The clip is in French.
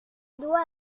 dois